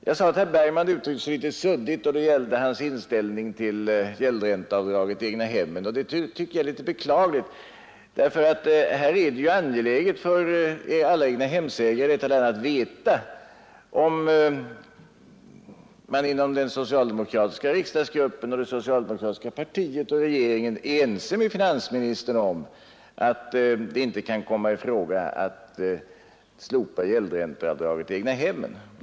Jag sade att herr Bergman uttryckte sig litet suddigt då det gällde inställningen till gäldränteavdragen för egnahemmen, och det är beklagligt, eftersom det är angeläget för alla egnahemsägare att veta om man inom den socialdemokratiska riksdagsgruppen liksom inom partiet och regeringen är ense med finansministern om att det inte kan komma i fråga att slopa gäldränteavdraget för egnahemmen.